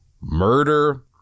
murder